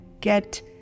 get